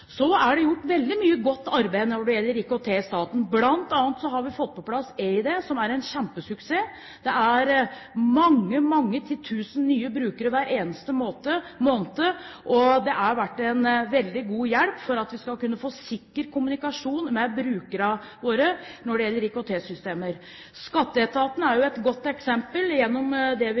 Så er det gjort veldig mye godt arbeid når det gjelder IKT i staten. Blant annet har vi fått på plass eID, som er en kjempesuksess. Det er mange, mange titusen nye brukere hver eneste måned. Det har vært en veldig god hjelp for å kunne få sikker kommunikasjon med brukerne våre når det gjelder IKT-systemer. Skatteetaten er jo et godt eksempel gjennom det vi